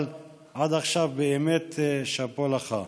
אבל עד עכשיו באמת שאפו לך.